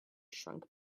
shrunk